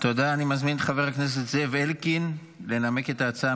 חבר הכנסת זאב אלקין לנמק את ההצעה